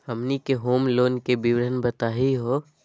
हमनी के home loan के विवरण बताही हो?